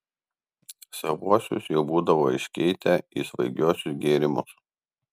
savuosius jau būdavo iškeitę į svaigiuosius gėrimus